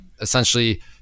essentially